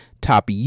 Top